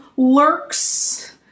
lurks